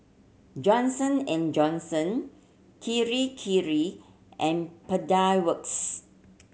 Johnson and Johnson Kirei Kirei and Pedal Works